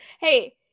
hey